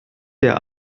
der